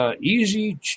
easy